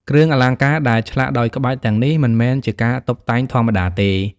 គ្រឿងអលង្ការដែលឆ្លាក់ដោយក្បាច់ទាំងនេះមិនមែនជាការតុបតែងធម្មតាទេ។